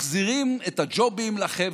מחזירים את הג'ובים לחבר'ה.